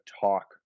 talk